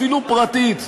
אפילו פרטית,